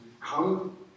come